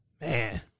Man